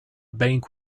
bank